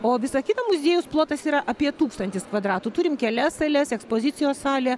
o visa kita muziejaus plotas yra apie tūkstantis kvadratų turim kelias sales ekspozicijos salę